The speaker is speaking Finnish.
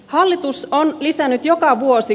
hallitus on ylittänyt joka vuosi